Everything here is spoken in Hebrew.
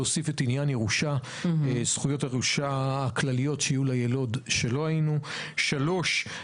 להוסיף את זכויות הירושה הכלליות שיהיה ליילוד; שלוש,